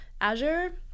Azure